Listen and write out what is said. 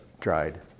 dried